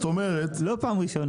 לא בפעם הראשונה.